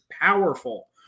powerful